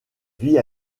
vit